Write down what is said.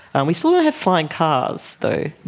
and we still don't have flying cars though.